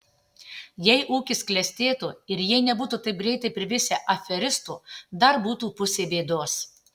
jeigu ūkis klestėtų ir jei nebūtų taip greitai privisę aferistų dar būtų pusė bėdos